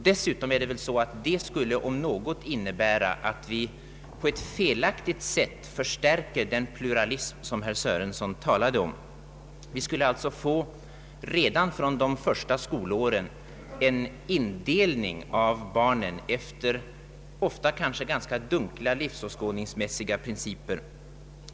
Dessutom skulle det om något innebära att vi på ett felaktigt sätt förstärker den pluralism som herr Sörenson talade om. Vi skulle redan från de första skolåren få en indelning av barnen efter ofta ganska dunkla livsåskådningsmässiga principer.